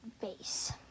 base